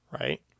right